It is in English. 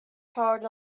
poured